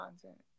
content